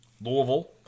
Louisville